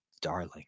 Darling